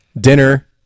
dinner